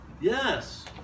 Yes